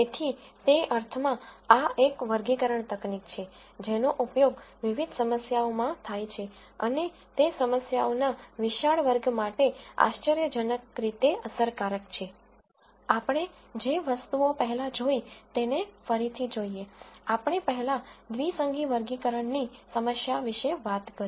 તેથી તે અર્થમાં આ એક વર્ગીકરણ તકનીક છે જેનો ઉપયોગ વિવિધ સમસ્યાઓ માં થાય છે અને તે સમસ્યાઓના વિશાળ વર્ગ માટે આશ્ચર્યજનક રીતે અસરકારક છે આપણે જે વસ્તુઓ પહેલા જોઈ તેને ફરી થી જોઈએ આપણે પહેલા દ્વિસંગી વર્ગીકરણ વિશે વાત કરી